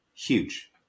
huge